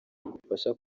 bigufasha